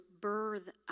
birth